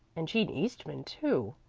and jean eastman, too,